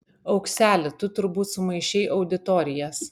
aukseli tu turbūt sumaišei auditorijas